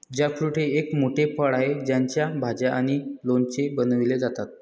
jackfruit हे एक मोठे फळ आहे ज्याच्या भाज्या आणि लोणचे बनवले जातात